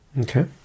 Okay